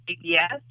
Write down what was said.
yes